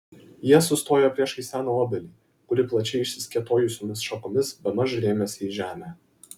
jie sustojo priešais seną obelį kuri plačiai išsikėtojusiomis šakomis bemaž rėmėsi į žemę